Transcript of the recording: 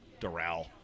Doral